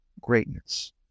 greatness